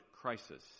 Crisis